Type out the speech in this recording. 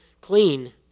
clean